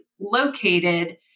located